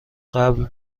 قبل